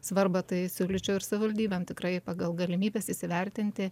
svarbą tai siūlyčiau ir savivaldybėm tikrai pagal galimybes įsivertinti